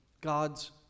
God's